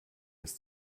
ist